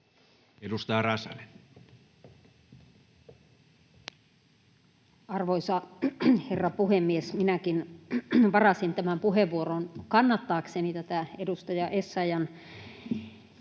16:03 Content: Arvoisa herra puhemies! Minäkin varasin tämän puheenvuoron kannattaakseni tätä edustaja Essayahin